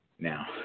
Now